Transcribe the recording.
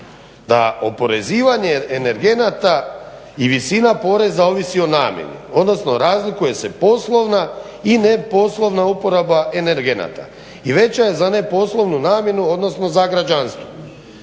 da oporezivanje energenata i visina poreza ovisi o namjeni, odnosno razlikuje se poslovna i neposlovna uporaba energenata i veća je za poslovnu ne namjenu odnosno za građanstvo.